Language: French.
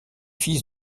fils